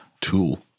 tool